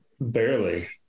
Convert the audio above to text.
Barely